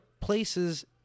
places